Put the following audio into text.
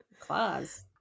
Claws